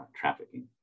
trafficking